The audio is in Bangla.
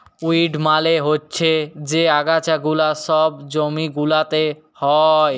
উইড মালে হচ্যে যে আগাছা গুলা সব জমি গুলাতে হ্যয়